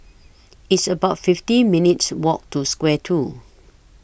It's about fifty minutes' Walk to Square two